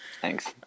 Thanks